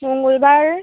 মঙ্গলবার